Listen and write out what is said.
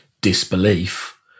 disbelief